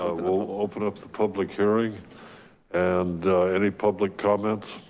ah we'll open up the public hearing and any public comments,